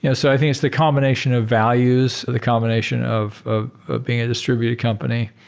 yeah so i think it's the combination of values, the combination of of being a distributed company.